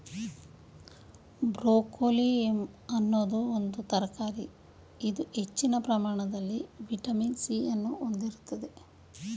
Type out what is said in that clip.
broccoli ಅನ್ನೋದು ಒಂದು ತರಕಾರಿ ಇದು ಹೆಚ್ಚಿನ ಪ್ರಮಾಣದಲ್ಲಿ ವಿಟಮಿನ್ ಸಿ ಅನ್ನು ಹೊಂದಿರ್ತದೆ